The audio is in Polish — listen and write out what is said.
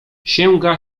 sięga